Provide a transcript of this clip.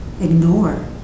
ignore